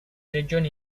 regioni